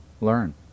learn